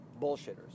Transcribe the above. bullshitters